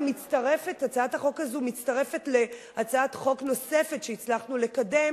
הצעת החוק הזאת מצטרפת להצעת חוק נוספת שהצלחנו לקדם